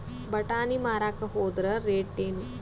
ಬಟಾನಿ ಮಾರಾಕ್ ಹೋದರ ರೇಟೇನು?